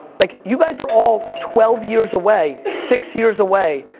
like you guys are all twelve years away, six years away,